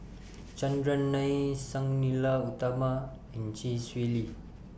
Chandran Nair Sang Nila Utama and Chee Swee Lee